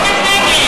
הייתם נגד.